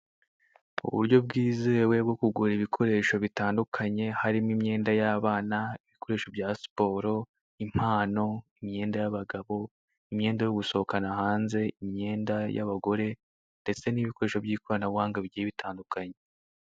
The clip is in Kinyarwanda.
Uburyo bwizewe bwo kugura ibikoresho bitandukanye, harimo imyenda y'abana, ibikoresho bya siporo, impano, imyenda y'abagabo, imyenda yo gusohokana hanze, imyenda y'abagore ndetse n'ibikoresho by'ikoranabuhanga bigiye bitandukanye.